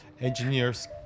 engineers